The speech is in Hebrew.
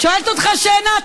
שואלת אותך שאלה.